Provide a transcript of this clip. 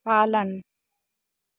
पालन